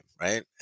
right